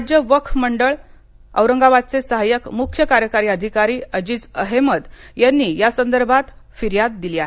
राज्य वक्फ मंडळ औरंगाबादचे सहायक मुख्यकार्यकारी अधिकारी अजिज अहेमद यांनी या संदर्भात फिर्याद दिली आहे